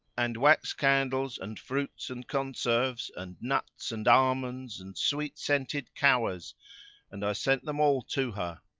and wax candles and fruits and conserves and nuts and almonds and sweet scented cowers and i sent them all to her.